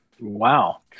Wow